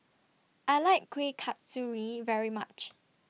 I like Kuih Kasturi very much